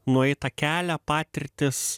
nueitą kelią patirtis